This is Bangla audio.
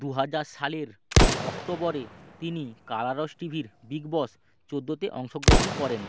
দুহাজার সালের অক্টোবরে তিনি কালার্স টিভির বিগ বস চোদ্দোতে অংশগ্রহণ করেন